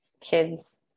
kids